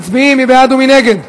מצביעים, מי בעד ומי נגד?